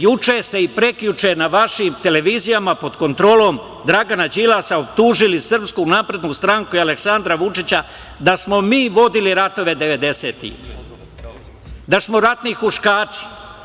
Juče ste i prekjuče na vašim televizijama pod kontrolom Dragana Đilasa optužili SNS i Aleksandra Vučića da smo mi vodili ratove devedesetih, da smo ratnih huškači.